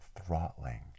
throttling